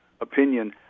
opinion